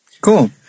Cool